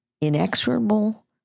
inexorable